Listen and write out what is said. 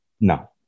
No